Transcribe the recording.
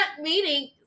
meeting